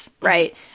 right